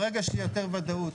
ברגע שיהיה יותר ודאות,